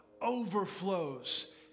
overflows